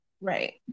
right